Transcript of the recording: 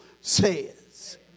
says